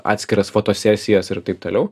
atskiras fotosesijas ir taip toliau